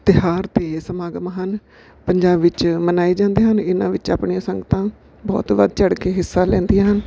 ਤਿਉਹਾਰ ਅਤੇ ਸਮਾਗਮ ਹਨ ਪੰਜਾਬ ਵਿੱਚ ਮਨਾਏ ਜਾਂਦੇ ਹਨ ਇਹਨਾਂ ਵਿੱਚ ਆਪਣੀਆਂ ਸੰਗਤਾਂ ਬਹੁਤ ਵੱਧ ਚੜ੍ਹ ਕੇ ਹਿੱਸਾ ਲੈਂਦੀਆਂ ਹਨ